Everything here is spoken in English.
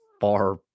far